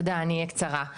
תודה אני אהיה קצרה,